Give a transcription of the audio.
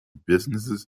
businesses